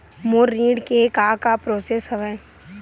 मोर ऋण के का का प्रोसेस हवय?